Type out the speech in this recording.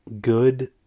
good